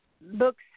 books